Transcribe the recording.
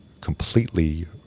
completely